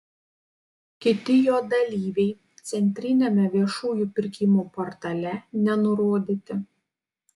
kiti jo dalyviai centriniame viešųjų pirkimų portale nenurodyti